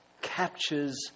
captures